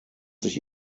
sich